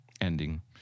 ending